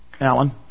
Alan